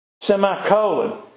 Semicolon